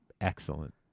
Excellent